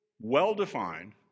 well-defined